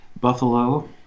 buffalo